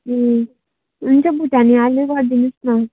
ए हुन्छ भुटाने आलु गरिदिनु होस् न